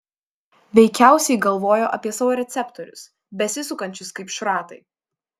veikiausiai galvojo apie savo receptorius besisukančius kaip šratai